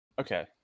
Okay